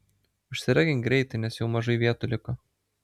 užsiregink greitai nes jau mažai vietų liko